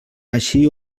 així